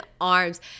arms